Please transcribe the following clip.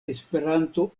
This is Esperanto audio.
esperanto